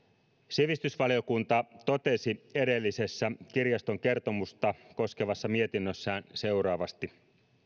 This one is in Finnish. sivistysvaliokunta totesi edellisessä kirjaston kertomusta koskevassa mietinnössään seuraavasti